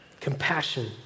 compassion